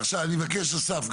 אני מבקש אסף,